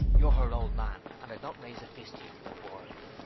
you're her old man and i'd not raise a fist to you for the world.